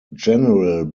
general